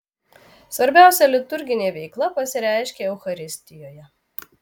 svarbiausia liturginė veikla pasireiškia eucharistijoje